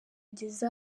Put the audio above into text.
ageze